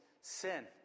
sin